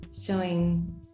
showing